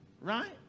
Right